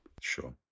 Sure